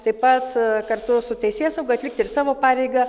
taip pat kartu su teisėsauga atlikti ir savo pareigą